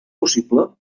possible